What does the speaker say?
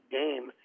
game